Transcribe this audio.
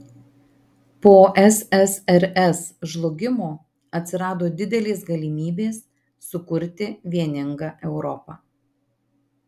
po ssrs žlugimo atsirado didelės galimybės sukurti vieningą europą